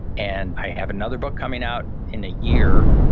and i have another book coming out in a year,